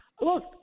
Look